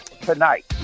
Tonight